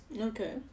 Okay